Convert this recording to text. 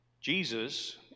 Jesus